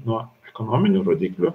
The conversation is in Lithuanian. nuo ekonominių rodiklių